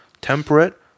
temperate